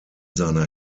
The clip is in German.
seiner